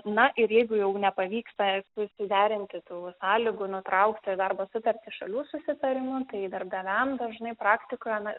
na ir jeigu jau nepavyksta susiderinti tų sąlygų nutraukti darbo sutartį šalių susitarimu tai darbdaviam dažnai praktikoje na